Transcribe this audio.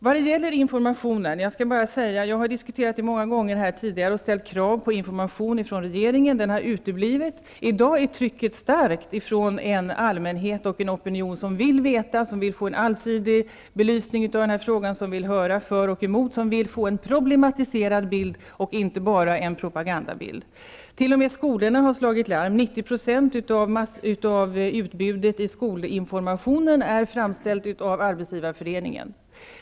Jag har diskuterat frågan om information många gånger tidigare och ställt krav på information från regeringen. Den har uteblivit. I dag är trycket starkt från en allmänhet och en opinion som vill veta, som vill få en allsidig belysning av den här frågan, som vill höra för och emot, som vill få en problematiserad bild och inte bara en propagandabild. T.o.m. skolorna har slagit larm. 90 % av utbudet i skolinformationen är framställt av Arbetsgivareföreningen.